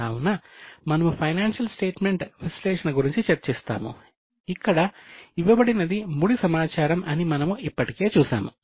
కావున మనము financial statement విశ్లేషణ గురించి చర్చిస్తాము ఇక్కడ ఇవ్వబడినది ముడి సమాచారం అని మనము ఇప్పటికే చూశాము